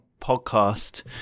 podcast